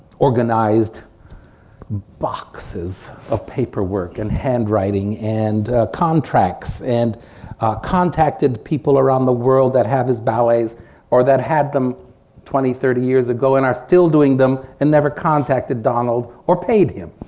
organized boxes of paperwork and handwriting and contracts and contacted people around the world that have his ballets or that had them twenty, thirty years ago and are still doing them and never contacted donald or paid him.